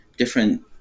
different